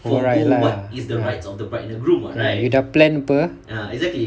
for bride lah ya you dah plan [pe]